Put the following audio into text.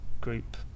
group